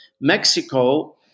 Mexico –